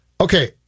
Okay